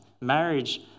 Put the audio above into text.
Marriage